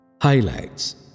Highlights